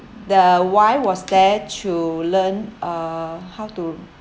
the wife was there to learn uh how to